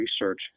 Research